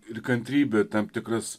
ir kantrybė tam tikras